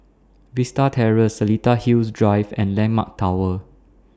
Vista Terrace Seletar Hills Drive and Landmark Tower